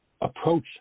approach